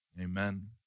Amen